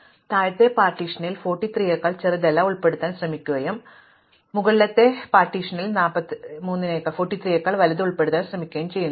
അതിനാൽ താഴത്തെ പാർട്ടീഷനിൽ 43 നെക്കാൾ ചെറുതെല്ലാം ഉൾപ്പെടുത്താൻ ശ്രമിക്കുകയും മുകളിലുള്ള വിഭജനത്തിൽ 43 നെക്കാൾ വലുത് ഉൾപ്പെടുത്താൻ ശ്രമിക്കുകയും ചെയ്യുന്നു